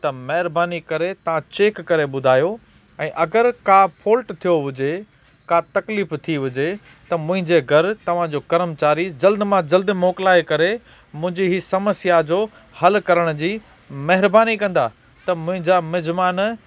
त महिरबानी करे तव्हां चेक करे ॿुधायो ऐं अगरि का फॉल्ट थियो हुजे का तक्लीफ़ थी हुजे त मुंहिंजे घरु तव्हां जो कर्मचारी जल्द मां जल्दु मोकिलाए करे मुंहिंजी ई समस्या जो हल करण जी महिरबानी कंदा त मुंहिंजा मिजिमान